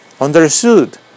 understood